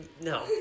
No